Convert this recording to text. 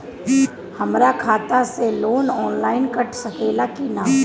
हमरा खाता से लोन ऑनलाइन कट सकले कि न?